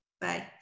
Bye